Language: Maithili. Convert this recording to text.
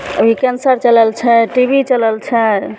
अभी कैंसर चलल छै टी बी चलल छै